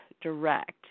direct